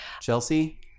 Chelsea